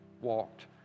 walked